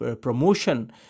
promotion